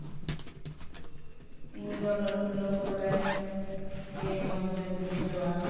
ᱤᱧ ᱫᱚ ᱞᱟᱹᱴᱩ ᱞᱟᱹᱣᱠᱟᱹ ᱨᱮᱜᱮ ᱢᱚᱡᱽ ᱫᱚᱧ ᱵᱩᱡᱷᱟᱹᱣᱟ